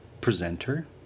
presenter